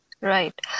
Right